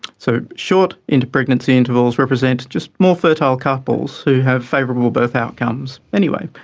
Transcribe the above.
so short inter-pregnancy intervals represent just more fertile couples who have favourable birth outcomes anyway,